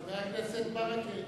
חבר הכנסת ברכה,